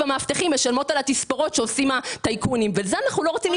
אסור לנו גם להגיד: "אנחנו לא דנים